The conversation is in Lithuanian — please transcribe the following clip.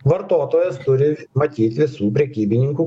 vartotojas turi matyt visų prekybininkų